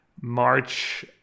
March